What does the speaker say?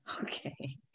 Okay